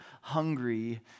hungry